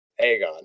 Aegon